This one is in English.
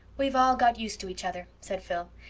we've all got used to each other, said phil.